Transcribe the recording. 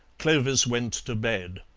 clovis went to bed.